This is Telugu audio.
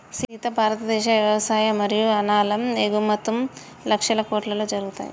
సీత భారతదేశ వ్యవసాయ మరియు అనాలం ఎగుమతుం లక్షల కోట్లలో జరుగుతాయి